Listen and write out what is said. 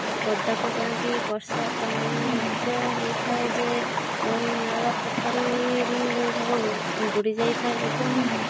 ଓ ପଦାକୁ ଯାଆନ୍ତି ବର୍ଷା ପାଣି ଏତେ ହେଇଥାଏ ଯେ ନଈ ନାଳ ପୋଖରୀ ସବୁ ବୁଡ଼ି ଯାଇଥାଏ ଏବଂ